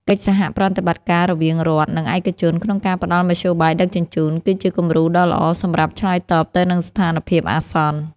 កិច្ចសហប្រតិបត្តិការរវាងរដ្ឋ និងឯកជនក្នុងការផ្តល់មធ្យោបាយដឹកជញ្ជូន គឺជាគំរូដ៏ល្អសម្រាប់ឆ្លើយតបទៅនឹងស្ថានភាពអាសន្ន។